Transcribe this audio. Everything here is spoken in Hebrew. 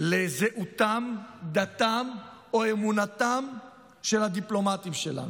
לזהותם, דתם או אמונתם של הדיפלומטים שלנו.